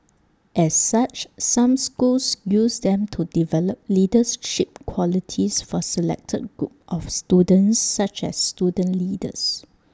as such some schools use them to develop leadership qualities for selected groups of students such as student leaders